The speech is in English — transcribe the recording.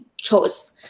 chose